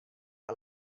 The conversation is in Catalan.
que